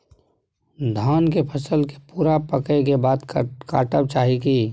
धान के फसल के पूरा पकै के बाद काटब चाही की?